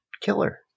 killer